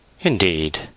Indeed